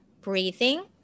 breathing